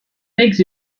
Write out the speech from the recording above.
makes